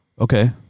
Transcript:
Okay